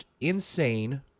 insane